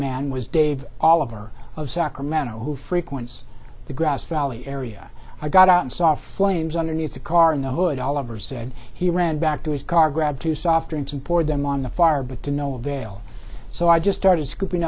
man was dave oliver of sacramento who frequents the grass valley area i got out and saw flames underneath the car in the hood oliver said he ran back to his car grabbed two soft drinks and poured them on the fire but to no avail so i just started scooping